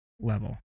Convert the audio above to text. level